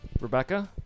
Rebecca